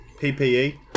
PPE